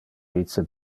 vice